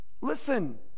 listen